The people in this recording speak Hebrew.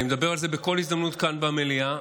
אני מדבר על זה בכל הזדמנות כאן במליאה,